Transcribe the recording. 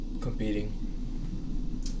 competing